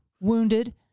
Wounded